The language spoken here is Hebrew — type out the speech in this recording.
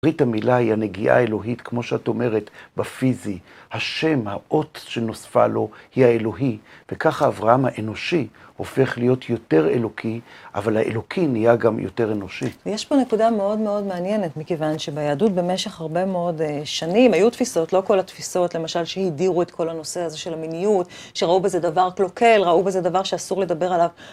עברית המילה היא הנגיעה האלוהית, כמו שאת אומרת, בפיזי. השם, האות שנוספה לו, היא האלוהי. וככה אברהם האנושי הופך להיות יותר אלוקי, אבל האלוקים נהיה גם יותר אנושי. -ויש פה נקודה מאוד מאוד מעניינת, מכיוון שביהדות במשך הרבה מאוד שנים היו תפיסות, לא כל התפיסות, למשל, שהדירו את כל הנושא הזה של המיניות, שראו בזה דבר קלוקל, ראו בזה דבר שאסור לדבר עליו.